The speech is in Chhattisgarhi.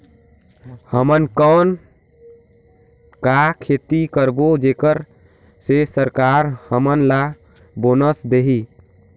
हमन कौन का खेती करबो जेकर से सरकार हमन ला बोनस देही?